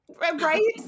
Right